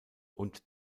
und